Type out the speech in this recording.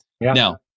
Now